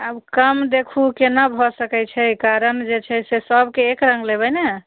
आब कम देखू केना भऽ सकैत छै कारण जे छै से सबके एक रङ्ग लेबै ने